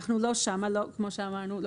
אנחנו לא שם, כמו שאמרנו.